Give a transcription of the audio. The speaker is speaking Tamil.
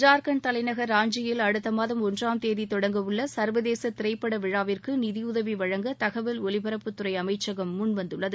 ஜார்க்கண்ட் தலைநகர் ராஞ்சியில் அடுத்த மாதம் ஒன்றாம் தேதி தொடங்கவுள்ள சர்வதேச திரைப்பட விழாவிற்கு நிதியுதவி வழங்க தகவல் ஒலிபரப்புத்துறை அமைச்சகம் முன்வந்துள்ளது